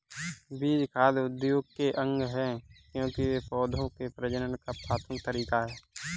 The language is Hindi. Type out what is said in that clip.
बीज खाद्य उद्योग के अंग है, क्योंकि वे पौधों के प्रजनन का प्राथमिक तरीका है